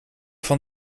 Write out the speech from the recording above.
van